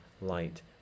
light